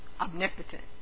omnipotent